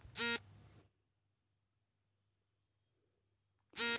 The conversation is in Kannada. ನಮ್ಮ ಬೆಳೆಗಳನ್ನು ಸುರಕ್ಷಿತವಾಗಿಟ್ಟು ಕೊಳ್ಳಲು ಯಾವ ಕ್ರಮಗಳನ್ನು ಅನುಸರಿಸಬೇಕು?